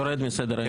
יורד מסדר-היום.